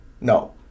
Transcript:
no